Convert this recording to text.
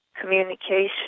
communication